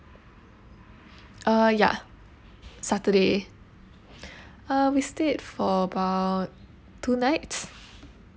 uh ya saturday uh we stayed for about two nights